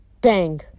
Bang